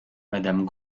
madame